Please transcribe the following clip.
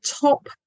top